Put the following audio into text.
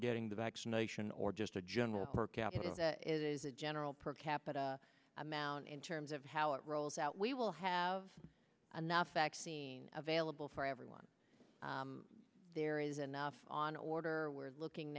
getting the vaccination or just a general capital that is a general pro capital amount in terms of how it rolls out we will have enough vaccine available for everyone there is enough on order we're looking